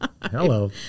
Hello